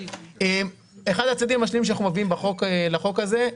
אחד הצדדים שאנחנו מביאים לחוק הזה,